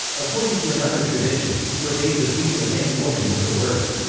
according to another tradition, he forbade the beating of any woman with the words,